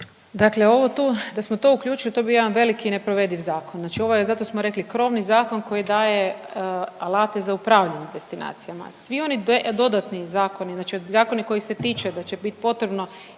Dakle ovo tu, da smo to uključili to bi bio jedan velik i neprovediv zakon. Znači ovo je, zato smo rekli krovni zakon koji daje alate za upravljanje destinacijama. Svi oni dodatni zakoni, znači zakoni koji se tiče da će bit potrebno